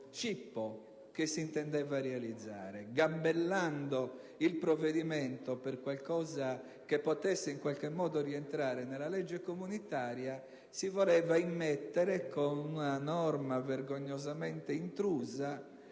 che si intendeva realizzare. Gabellando il provvedimento per qualcosa che potesse in qualche modo rientrare nella legge comunitaria, si voleva immettere, con una norma vergognosamente intrusa,